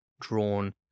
drawn